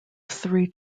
three